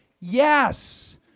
Yes